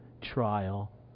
trial